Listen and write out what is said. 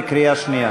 בקריאה שנייה.